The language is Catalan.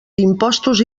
impostos